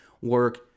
work